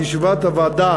בישיבת הוועדה